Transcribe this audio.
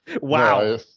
Wow